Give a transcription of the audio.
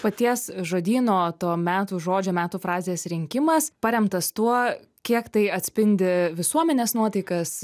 paties žodyno to metų žodžiu metų frazės rinkimas paremtas tuo kiek tai atspindi visuomenės nuotaikas